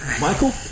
Michael